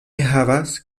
havas